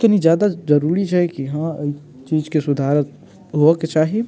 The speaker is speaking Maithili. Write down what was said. कनिक ज्यादा जरूरी छै कि हँ एहि चीजके सुधार होबयके चाही